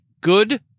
Good